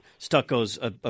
Stucco's